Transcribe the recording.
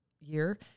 year